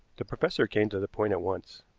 the professor came to the point at once.